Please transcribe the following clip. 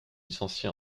licencié